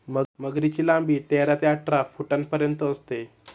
मगरीची लांबी तेरा ते अठरा फुटांपर्यंत असते